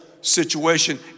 situation